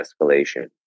escalation